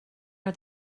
are